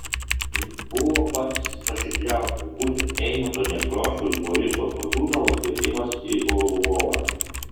tai buvo pats nuoširdžiausias būtent eimunto nekrošiaus boriso godunovo kvietimas į lvovą